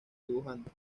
dibujante